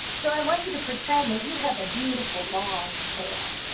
so i want you to pretend that you have a beautiful long tail.